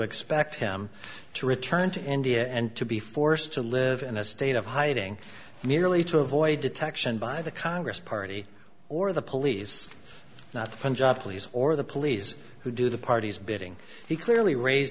expect him to return to india and to be forced to live in a state of hiding merely to avoid detection by the congress party or the police not the punjab police or the police who do the party's bidding he clearly raise